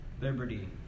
Liberty